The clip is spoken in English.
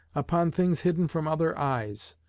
upon things hidden from other eyes.